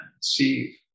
see